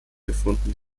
gefunden